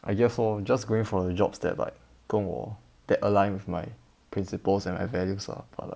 I guess lor just going for the jobs that like 跟我 that align with my principles and my values ah but like